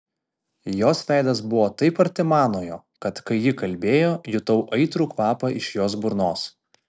jos veidas buvo taip arti manojo kad kai ji kalbėjo jutau aitrų kvapą iš jos burnos